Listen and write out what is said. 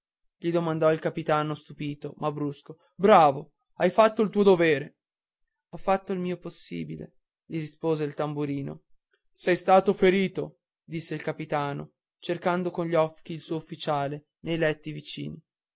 gli domandò il capitano stupito ma brusco bravo hai fatto il tuo dovere ho fatto il mio possibile rispose il tamburino sei stato ferito disse il capitano cercando con gli occhi il suo ufficiale nei letti vicini